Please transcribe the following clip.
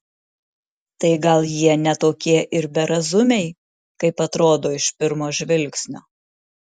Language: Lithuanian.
tai gal jie ne tokie ir berazumiai kaip atrodo iš pirmo žvilgsnio